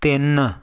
ਤਿੰਨ